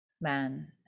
man